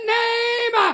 name